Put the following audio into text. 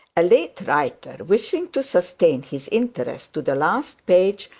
a late writer, wishing to sustain his interest to the last page,